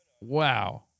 wow